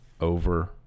over